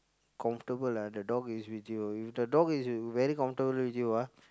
comfortable ah the dog is with you if the dog is very comfortable with you ah